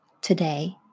today